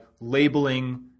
labeling